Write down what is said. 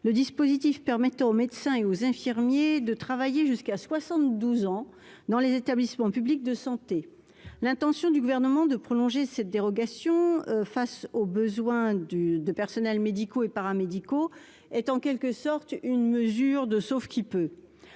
le dispositif permettant aux médecins et aux infirmiers de travailler jusqu'à 72 ans, dans les établissements publics de santé l'intention du gouvernement de prolonger cette dérogation face aux besoins du de personnels médicaux et paramédicaux est en quelque sorte une mesure de sauve qui peut